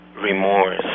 remorse